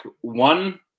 one